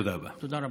תודה רבה.